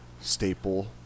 staple